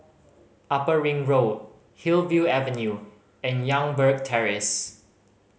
Upper Ring Road Hillview Avenue and Youngberg Terrace